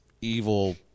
evil